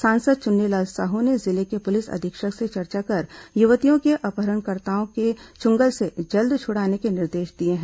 सांसद चुन्नीलाल साहू र्न जिले के पुलिस अधीक्षक से चर्चा कर युवतियों को अपहरणकर्ताओं के चंगुल से जल्द छुड़ाने के निर्देश दिए हैं